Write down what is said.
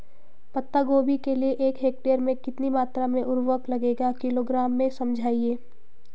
पत्ता गोभी के लिए एक हेक्टेयर में कितनी मात्रा में उर्वरक लगेगा किलोग्राम में समझाइए?